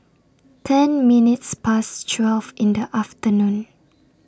ten minutes Past twelve in The afternoon